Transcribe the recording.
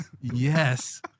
yes